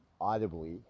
audibly